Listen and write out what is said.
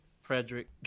Frederick